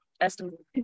estimate